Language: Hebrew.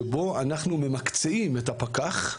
שבו אנחנו ממקצעים את הפקח,